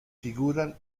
figuran